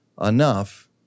enough